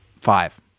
five